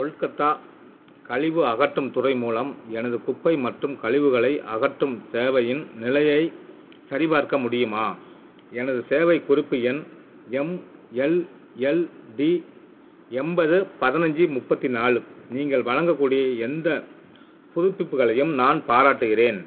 கொல்கத்தா கழிவு அகற்றும் துறை மூலம் எனது குப்பை மற்றும் கலிவுகளை அகற்றும் சேவையின் நிலையைச் சரிபார்க்க முடியுமா எனது சேவை குறிப்பு எண் எம்எல்எல்டி எண்பது பதினைஞ்சு முப்பத்தி நாலு நீங்கள் வழங்கக்கூடிய எந்த புதுப்பிப்புகளையும் நான் பாராட்டுகிறேன்